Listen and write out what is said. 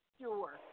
Sure